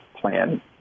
plan